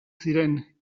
ziren